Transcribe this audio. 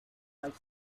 like